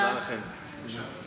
מתחייב אני אורלי פרומן,